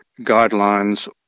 guidelines